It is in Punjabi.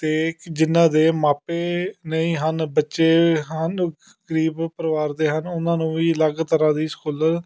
ਅਤੇ ਜਿਨ੍ਹਾਂ ਦੇ ਮਾਪੇ ਨਹੀਂ ਹਨ ਬੱਚੇ ਹਨ ਗਰੀਬ ਪਰਿਵਾਰ ਦੇ ਹਨ ਉਹਨਾਂ ਨੂੰ ਵੀ ਅਲੱਗ ਤਰ੍ਹਾਂ ਦੀ ਸਕੋਲਰ